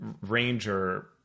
ranger